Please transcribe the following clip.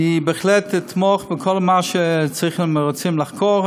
בהחלט אתמוך בכל מה שצריכים ורוצים לחקור בוועדה,